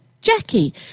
Jackie